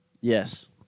Yes